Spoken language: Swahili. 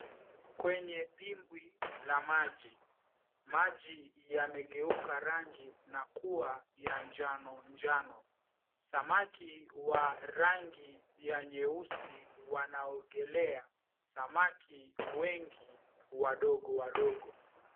Kwenye dimbwi la maji, maji yamegeuka rangi na kuwa ya njano njano. Samaki wa rangi ya nyeusi wanaogelea. Samaki wengi wadogo wadogo.